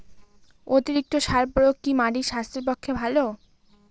অতিরিক্ত সার প্রয়োগ কি মাটির স্বাস্থ্যের পক্ষে ভালো?